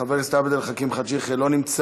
חבר הכנסת עבד אל חכים חאג' יחיא, נמצא